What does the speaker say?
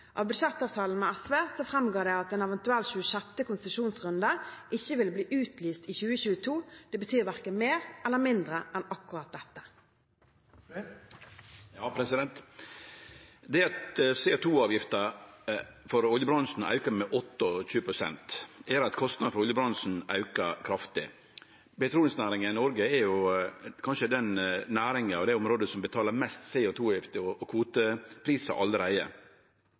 Av budsjettavtalen med SV framgår det at en eventuell 26. konsesjonsrunde ikke vil bli utlyst i 2022. Det betyr verken mer eller mindre enn akkurat dette. Det at CO 2 -avgifta for oljebransjen aukar med 28 pst., gjer at kostnadane for oljebransjen aukar kraftig. Petroleumsnæringa i Noreg er kanskje den næringa og det området som betalar mest i CO 2 -avgift og kvoteprisar allereie.